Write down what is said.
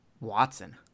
Watson